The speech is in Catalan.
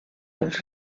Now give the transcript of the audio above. els